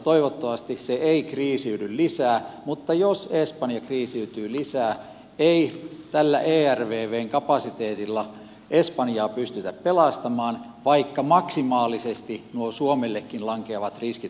toivottavasti se ei kriisiydy lisää mutta jos espanja kriisiytyy lisää ei tällä ervvn kapasiteetilla espanjaa pystytä pelastamaan vaikka maksimaalisesti nuo suomellekin lankeavat riskit otettaisiin käyttöön